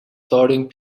starting